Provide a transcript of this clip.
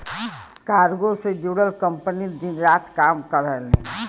cargo से जुड़ल company दिन रात काम करलीन